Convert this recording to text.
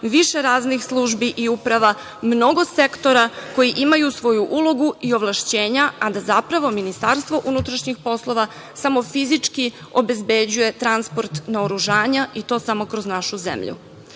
više raznih službi i uprava, mnogo sektora koji imaju svoju ulogu i ovlašćenja, a da zapravo MUP samo fizički obezbeđuje transport naoružanja i to samo kroz našu zemlju.